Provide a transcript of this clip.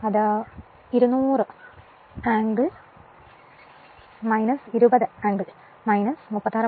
അതിനാൽ അത് e200 angle 0 20 angle 36